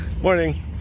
Morning